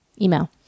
email